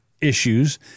issues